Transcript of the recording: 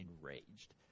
enraged